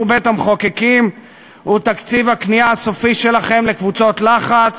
בית-המחוקקים הוא תקציב הכניעה הסופי שלכם לקבוצות לחץ,